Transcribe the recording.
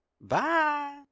Bye